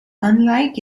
unlike